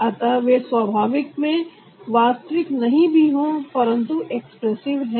अतः वे स्वाभाविक में वास्तविक नहीं भी हों परंतु एक्सप्रेसिव है